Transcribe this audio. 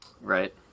Right